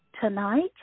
tonight